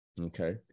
Okay